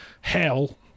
Hell